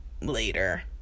later